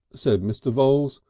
said mr. voules,